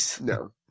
No